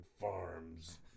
Farms